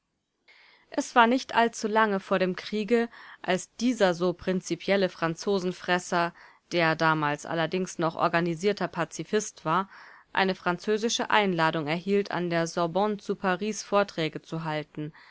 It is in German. es war nicht allzulange vor dem kriege als dieser so prinzipielle franzosenfresser der damals allerdings noch organisierter pazifist war eine französische einladung erhielt an der sorbonne zu paris vorträge zu halten